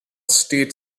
state